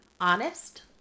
Honest